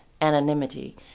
anonymity